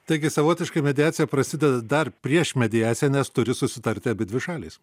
taigi savotiškai mediacija prasideda dar prieš mediaciją nes turi susitarti abidvi šalys